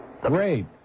Great